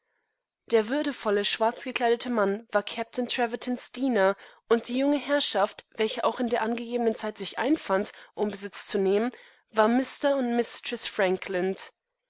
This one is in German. der würdevolle schwarzgekleidete mann war kapitän trevertons diener und die junge herrschaft welche auch in der angegebenen zeit sich einfand um besitz zu nehmen warmr undmistreßfrankland das